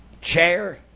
chair